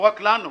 לא רק לנו,